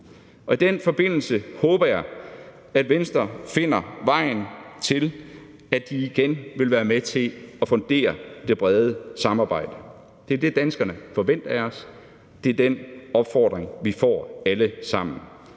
I den forbindelse håber jeg, at Venstre finder vejen til, at de igen vil være med til at fundere det brede samarbejde. Det er det, danskerne forventer af os. Det er den opfordring, vi alle sammen